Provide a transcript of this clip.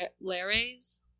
lares